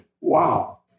Wow